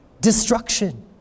destruction